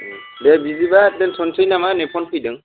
दे बिदिबा दोनथसै नामा नै फन फैदों